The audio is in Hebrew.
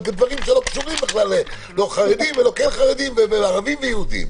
על דברים שלא קשורים בכלל לא לחרדים ולא לערבים ולא ליהודים.